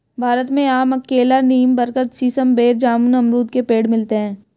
भारत में आम केला नीम बरगद सीसम बेर जामुन अमरुद के पेड़ मिलते है